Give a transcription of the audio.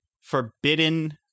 Forbidden